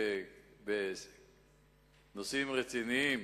בנושאים רציניים,